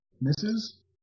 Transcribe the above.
Misses